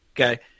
Okay